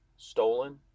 stolen